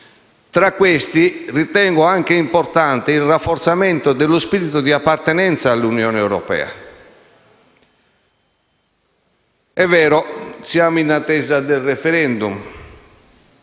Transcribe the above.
tra i quali considero anche importante il rafforzamento dello spirito di appartenenza all'Unione europea. È vero che siamo in attesa del *referendum*,